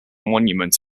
monument